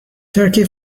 turkey